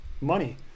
money